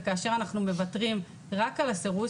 כאשר אנחנו מוותרים רק על הסירוס,